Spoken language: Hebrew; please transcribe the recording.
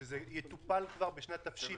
שזה יטופל בשנת תש"ף,